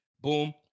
Boom